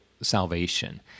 salvation—